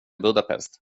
budapest